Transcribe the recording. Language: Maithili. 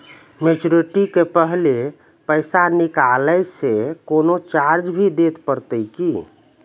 मैच्योरिटी के पहले पैसा निकालै से कोनो चार्ज भी देत परतै की?